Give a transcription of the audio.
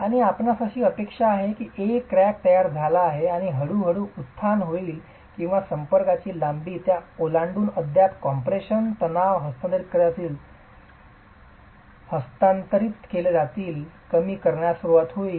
आणि आपणास अशी अपेक्षा आहे की एक क्रॅक्स तयार झाला आहे आणि हळू हळू उत्थान होईल किंवा संपर्काची लांबी आणि त्या ओलांडून अद्याप कॉम्प्रेशन तणाव हस्तांतरित केले जातील कमी करण्यास सुरवात होईल